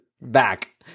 back